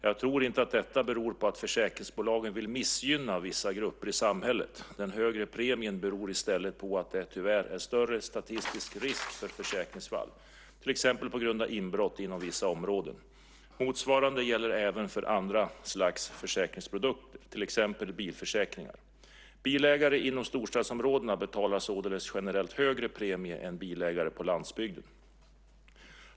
Jag tror inte att detta beror på att försäkringsbolagen vill missgynna vissa grupper i samhället. Den högre premien beror i stället på att det tyvärr är större statistisk risk för försäkringsfall, till exempel på grund av inbrott, inom vissa områden. Motsvarande gäller även för andra slags försäkringsprodukter, till exempel bilförsäkringar. Bilägare inom storstadsområdena betalar således generellt högre premie än bilägare på landbygden.